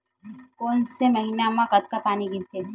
कोन से महीना म कतका पानी गिरथे?